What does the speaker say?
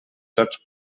tots